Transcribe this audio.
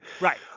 Right